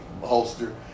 holster